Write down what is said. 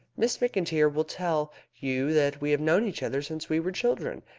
miss mcintyre will tell you that we have known each other since we were children,